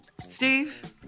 Steve